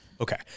okay